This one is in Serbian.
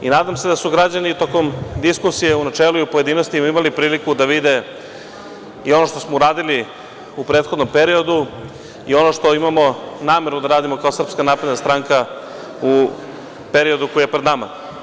Nadam se da su građani tokom diskusije u načelu i u pojedinostima imali priliku da vide i ono što smo uradili u prethodnom periodu i ono što imamo nameru da radimo kao SNS u periodu koji je pred nama.